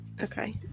okay